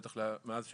בטח מאז שאני,